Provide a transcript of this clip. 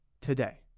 today